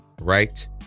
right